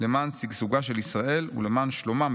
למען שגשוגה של ישראל ולמען שלומם,